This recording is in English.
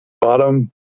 bottom